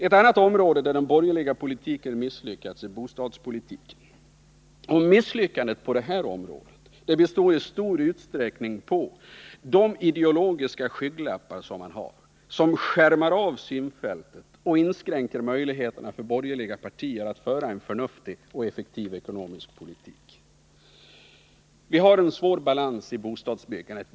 Ett annat område där den borgerliga politiken har misslyckats är bostadspolitiken. Misslyckandet på detta område beror i stor utsträckning på de ideologiska skygglappar som skärmar av synfältet och inskränker möjligheterna för de borgerliga partierna att föra en förnuftig och effektiv ekonomisk politik. Vi har en svår obalans inom bostadsbyggandet.